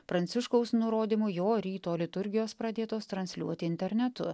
pranciškaus nurodymu jo ryto liturgijos pradėtos transliuoti internetu